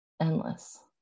endless